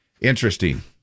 Interesting